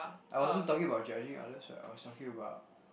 I wasn't talking about judging others what I was talking about